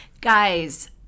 guys